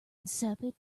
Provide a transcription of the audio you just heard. insipid